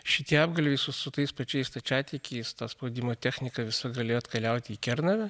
šitie apgalviai su tais pačiais stačiatikiais tą spaudimo technika visa galėjo atkeliauti į kernavę